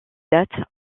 date